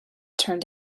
turned